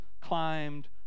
climbed